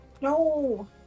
No